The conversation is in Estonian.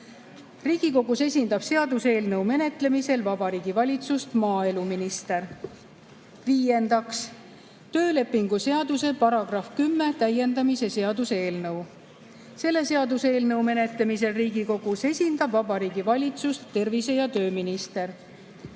Riigikogus esindab seaduseelnõu menetlemisel Vabariigi Valitsust maaeluminister. Viiendaks, töölepingu seaduse § 10 täiendamise seaduse eelnõu. Selle seaduseelnõu menetlemisel Riigikogus esindab Vabariigi Valitsust tervise‑ ja tööminister.